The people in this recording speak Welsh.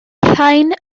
rhain